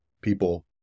people